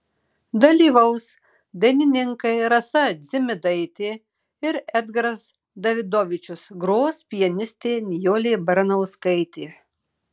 dalyvaus dainininkai rasa dzimidaitė ir edgaras davidovičius gros pianistė nijolė baranauskaitė